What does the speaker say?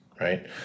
Right